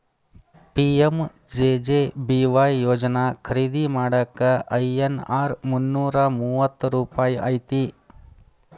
PMJJBY ಯೋಜನಾ ಖರೇದಿ ಮಾಡಾಕ ಐ.ಎನ್.ಆರ್ ಮುನ್ನೂರಾ ಮೂವತ್ತ ರೂಪಾಯಿ ಐತಿ